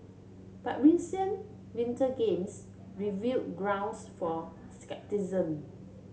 but recent Winter Games reveal grounds for scepticism